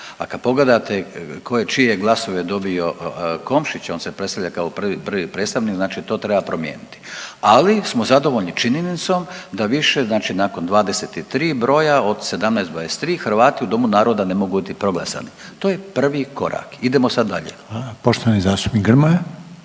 A kad pogledate čije je glasove dobio Komšić on se predstavlja kao prvi predstavnik znači to treba promijeniti. Ali smo zadovoljni činjenicom da više nakon 23 broja od 17 23 Hrvati u Domu naroda ne mogu biti proglasani, to je prvi korak. Idemo sad dalje. **Reiner, Željko